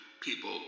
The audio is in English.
people